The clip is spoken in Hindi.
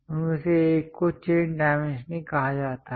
उनमें से एक को चेन डाइमेंशनिंग कहा जाता है